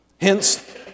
Hence